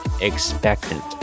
expectant